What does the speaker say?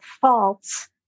faults